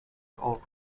all